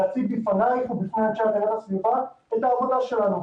להציג בפניך ובפני אנשי הגנת הסביבה את העבודה שלנו.